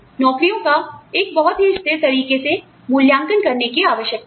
नौकरियों का एक बहुत ही स्थिर तरीके से मूल्यांकन करने की आवश्यकता है